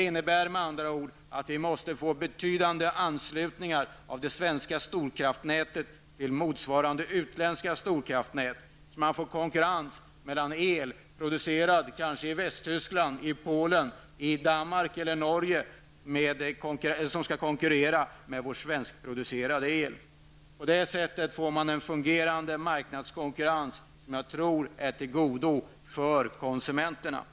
Med andra ord måste vi få betydande anslutningar beträffande det svenska storkraftsnätet till motsvarande utländska storkraftsnät för att möjliggöra konkurrens mellan i kanske västra Tyskland, Polen, Danmark eller Norge producerad el och vår svenskproducerade el. På det sättet får vi en fungerande marknadskonkurrens, som jag tror är till konsumenternas gagn.